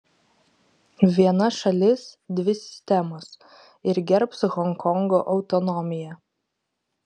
viena šalis dvi sistemos ir gerbs honkongo autonomiją